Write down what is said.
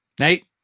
Nate